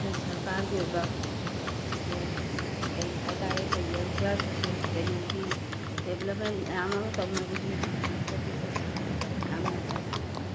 ꯑꯩꯈꯣꯏ ꯁꯔꯀꯥꯔꯒꯤ ꯑꯣꯏꯕ ꯀꯩ ꯍꯥꯏꯇꯥꯔꯦ ꯑꯩꯈꯣꯏ ꯋꯦꯜꯐꯦꯔ ꯁꯣꯁꯦꯜ ꯀꯩꯅꯣꯒꯤ ꯗꯦꯕꯦꯂꯞꯃꯦꯟ ꯃꯌꯥꯝ ꯑꯃ ꯇꯧꯅꯕꯒꯤꯗꯃꯛꯇꯗꯤ ꯑꯩꯈꯣꯏ ꯌꯥꯝꯅ ꯂꯩ